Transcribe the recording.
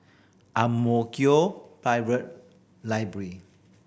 Ang Mo Kio Library